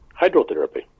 hydrotherapy